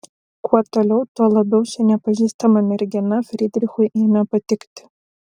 kuo toliau tuo labiau ši nepažįstama mergina frydrichui ėmė patikti